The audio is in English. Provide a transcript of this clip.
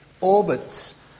orbits